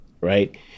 right